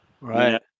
Right